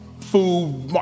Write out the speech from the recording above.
food